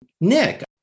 Nick